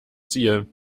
ziel